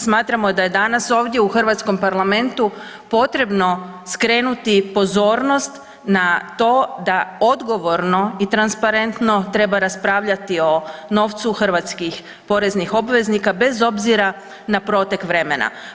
Smatramo da je danas ovdje u Hrvatskom parlamentu potrebno skrenuti pozornost na to da odgovorno i transparentno treba raspravljati o novcu hrvatskih poreznih obveznika bez obzira na protek vremena.